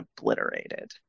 obliterated